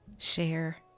Share